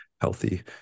healthy